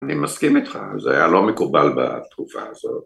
‫אני מסכים איתך. ‫-זה היה לא מקובל בתקופה הזאת.